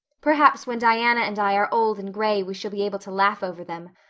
perhaps when diana and i are old and gray we shall be able to laugh over them.